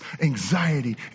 anxiety